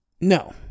No